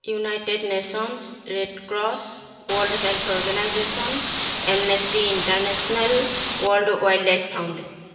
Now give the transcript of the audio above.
united nations red cross world health organization M nes T international world wildlife found